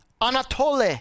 Anatole